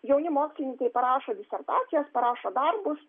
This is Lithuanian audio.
jauni mokslininkai prašo disertacijas prašo darbus